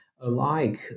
alike